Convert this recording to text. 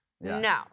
No